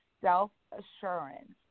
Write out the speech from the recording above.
self-assurance